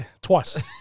Twice